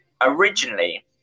originally